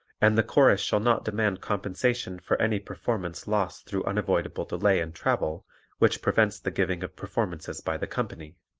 and the chorus shall not demand compensation for any performance lost through unavoidable delay in travel which prevents the giving of performances by the company.